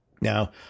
Now